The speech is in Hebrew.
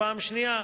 פעם שנייה,